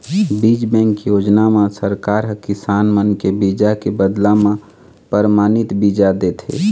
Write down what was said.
बीज बेंक योजना म सरकार ह किसान मन के बीजा के बदला म परमानित बीजा देथे